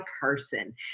person